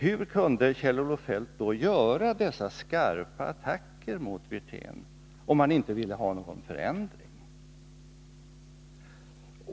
Hur kunde Kjell-Olof Feldt göra dessa skarpa attacker mot herr Wirtén om han inte ville ha någon ändring?